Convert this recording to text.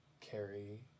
carry